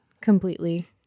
Completely